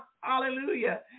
Hallelujah